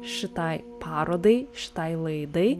šitai parodai šitai laidai